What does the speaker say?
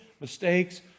mistakes